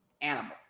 animal